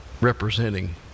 representing